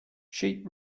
sheep